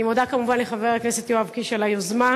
אני מודה כמובן לחבר הכנסת יואב קיש על היוזמה.